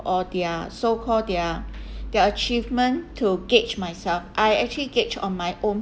or their so-called their their achievement to gauge myself I actually gauge on my own